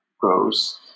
grows